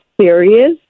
serious